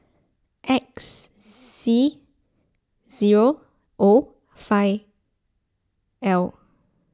X C zero O five L